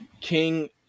King